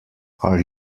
are